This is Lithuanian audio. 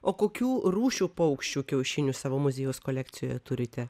o kokių rūšių paukščių kiaušinių savo muziejaus kolekcijoje turite